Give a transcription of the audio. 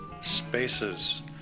Spaces